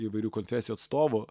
įvairių konfesijų atstovų